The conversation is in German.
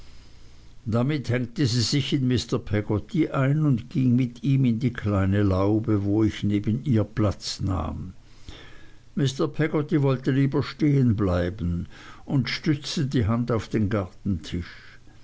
damit hängte sie sich in mr peggotty ein und ging mit ihm in die kleine laube wo ich neben ihr platz nahm mr peggotty wollte lieber stehen bleiben und stützte die hand auf den gartentisch